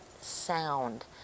sound